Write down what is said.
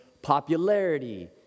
Popularity